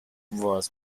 was